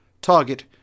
Target